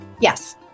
yes